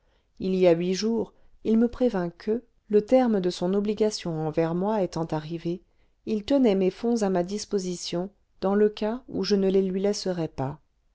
il y a huit jours il me prévint que le terme de son obligation envers moi étant arrivé il tenait mes fonds à ma disposition dans le cas où je ne les lui laisserais pas